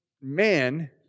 man